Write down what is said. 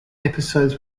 episodes